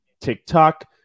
TikTok